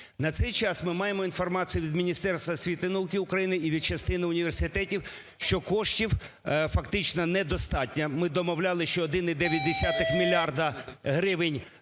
На цей час ми маємо інформацію від Міністерства освіти і науки України і від частини університетів, що коштів фактично недостатньо. Ми домовлялись, що 1,9 мільярда гривень